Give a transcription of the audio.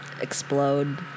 explode